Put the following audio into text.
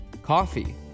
coffee